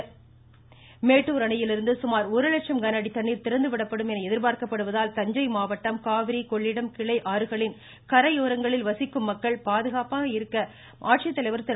தஞ்சை மேட்டுர் இதனிடையே மேட்டூர் அணையிலிருந்து சுமார் ஒரு லட்சம் கனஅடி தண்ணீர் திறந்துவிடப்படும் என எதிர்பார்க்கப்படுவதால் தஞ்சை மாவட்டம் காவிரி கொள்ளிடம் ஆறுகளின் கரையோரங்களில் வசிக்கும் மக்கள் பாதுகாப்பாக கிளை இருக்க ஆட்சித்தலைவர் திரு